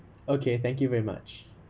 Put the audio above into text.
okay thank you very much